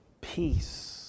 Peace